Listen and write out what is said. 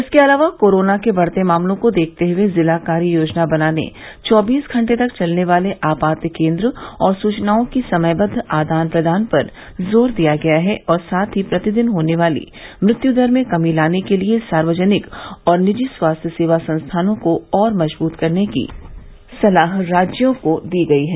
इसके अलावा कोरोना के बढ़ते मामलों को देखते हुए जिला कार्य योजना बनाने चौबीस घंटे चलने वाले आपात केन्द्र और सूचनाओं की समयबद्व आदान प्रदान पर जोर दिया गया है और साथ ही प्रतिदिन होने वाली मृत्युदर में कमी लाने के लिए सार्वजनिक और निजी स्वास्थ्य सेवा संसाधनों को और मजबूत करने की सलाह राज्यों को दी गई है